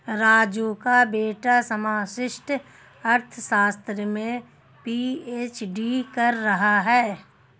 राजू का बेटा समष्टि अर्थशास्त्र में पी.एच.डी कर रहा है